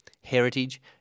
heritage